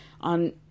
on